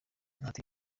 ati